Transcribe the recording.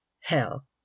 Hell